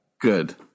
Good